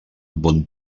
bon